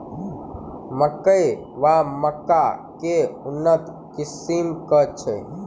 मकई वा मक्का केँ उन्नत किसिम केँ छैय?